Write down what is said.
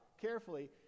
carefully